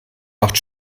macht